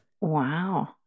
Wow